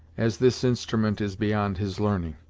as this instrument is beyond his learning.